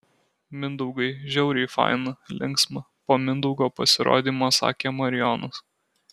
mindaugai žiauriai faina linksma po mindaugo pasirodymo sakė marijonas